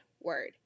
word